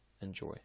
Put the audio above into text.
enjoy